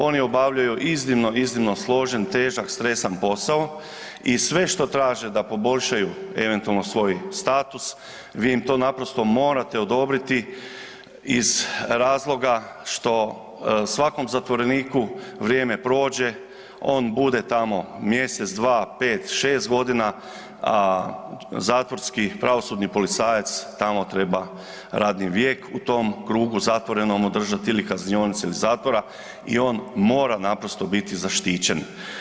Oni obavljaju iznimno, iznimno složen, težak, stresan posao i sve što traže da poboljšaju eventualno svoj status, vi im to naprosto morate odobriti iz razloga što svakom zatvoreniku vrijeme prođe, on bude tamo mjesec, dva, 5, 6, godina, zatvorski pravosudni policajac tamo treba radni vijek u tom krugu zatvorenom održati ili kaznionici zatvora i on mora naprosto biti zaštićen.